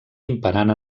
imperant